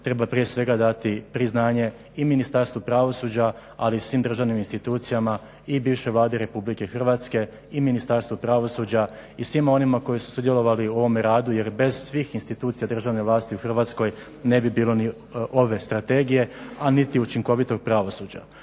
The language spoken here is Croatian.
treba prije svega dati priznanje i Ministarstvu pravosuđa, ali i svim državnim institucijama i bivšoj Vladi RH i Ministarstvu pravosuđa i svima onima koji su sudjelovali u ovome radu. Jer bez svih institucija državne vlasti u Hrvatskoj ne bi bilo ni ove strategije, a niti učinkovitog pravosuđa.